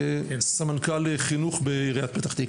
סמנכ"ל חינוך בעיריית פ"ת.